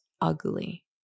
ugly